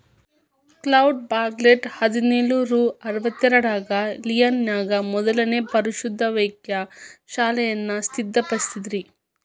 cloud Bourgelat ಹದಿನೇಳು ನೂರಾ ಅರವತ್ತೆರಡರಾಗ ಲಿಯಾನ್ ನ್ಯಾಗ ಮೊದ್ಲನೇ ಪಶುವೈದ್ಯಕೇಯ ಶಾಲೆಯನ್ನ ಸ್ಥಾಪಿಸಿದ್ರು